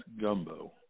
gumbo